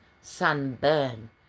sunburn